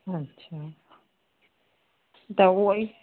अच्छा त उहेई